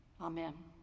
amen